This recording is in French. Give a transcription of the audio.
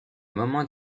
moment